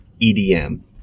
EDM